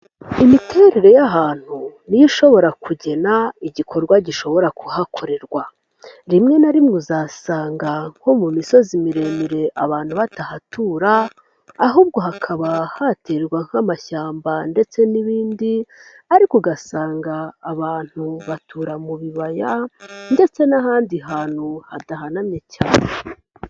Imiterere y'ahantu niyo ishobora kugena igikorwa gishobora kuhakorerwa .Rimwe na rimwe uzasanga nko mu misozi miremire abantu batahatura, ahubwo hakaba haterwa nk'amashyamba ndetse n'ibindi ,ariko ugasanga abantu batura mu bibaya ndetse n'ahandi hantu hadahanamye cyane.